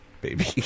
baby